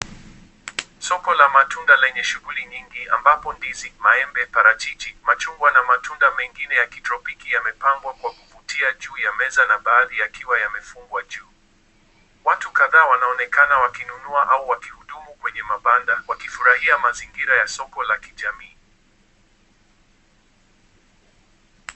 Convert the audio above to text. Soko la matunda lenye shughuli nyingi ambapo ndizi, maembe, parachichi, machungwa na matunda mengine ya kitropiki yamepambwa kwa kuvutia juu ya meza ya baadhi yakiwa yamefungwa juu. Watu kadhaa wanaonekana wakinunua au wakihudumu kwenye mabanda wakifurahia mazingira ya soko la kijamii.